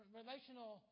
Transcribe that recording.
relational